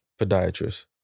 Podiatrist